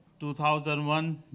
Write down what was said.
2001